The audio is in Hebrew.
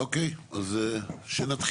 אוקיי, אז שנתחיל.